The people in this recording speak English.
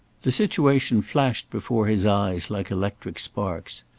the situation flashed before his eyes like electric sparks.